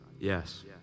Yes